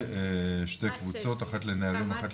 ושתי קבוצות, אחת לנערים ואחת לנערות.